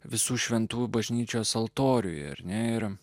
visų šventųjų bažnyčios altoriuje ar ne ir